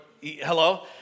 Hello